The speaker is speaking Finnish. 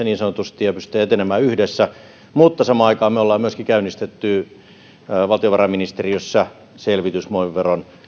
niin sanotusti samassa veneessä ja pystytään etenemään yhdessä mutta samaan aikaan me olemme myöskin käynnistäneet valtiovarainministeriössä selvityksen muoviveron